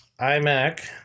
iMac